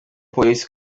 polisi